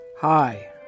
Hi